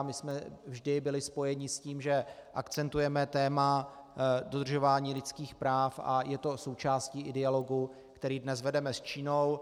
My jsme vždy byli spojeni s tím, že akcentujeme téma dodržování lidských práv, a je to i součástí dialogu, který dnes vedeme s Čínou.